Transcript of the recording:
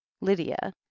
lydia